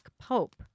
Pope